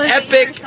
epic